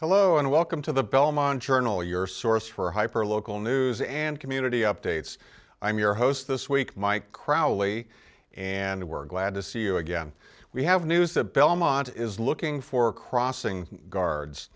hello and welcome to the belmont journal your source for hyper local news and community updates i'm your host this week mike crowley and we're glad to see you again we have news that belmont is looking for crossing guards